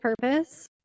purpose